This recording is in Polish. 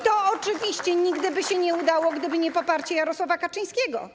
To oczywiście nigdy by się nie udało, gdyby nie poparcie Jarosława Kaczyńskiego.